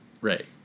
Right